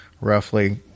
roughly